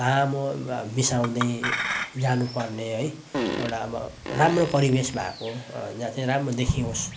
लामो बिसाउँदै जानुपर्ने है एउटा अब राम्रो परिवेश भएको जहाँ चाहिँ राम्रो देखियोस्